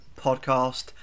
Podcast